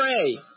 pray